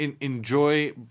enjoy